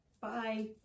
Bye